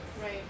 Right